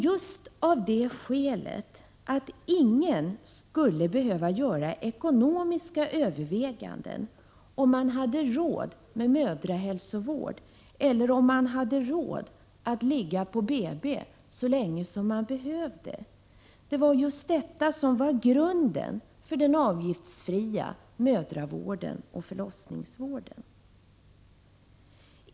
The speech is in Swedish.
Just det skälet att ingen skall behöva göra ekonomiska överväganden om huruvida man har råd med mödrahälsovården och att ligga på BB så länge som man behöver det har varit grunden för den avgiftsfria mödrahälsovården och förlossningsvården.